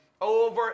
over